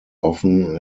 often